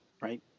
right